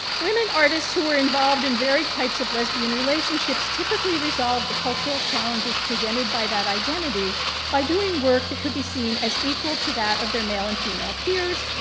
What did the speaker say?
women artists who were involved in various types of lesbian relationships typically resolve the cultural challenges presented by that identity by doing work that could be seen as equal to that of their male and female peers.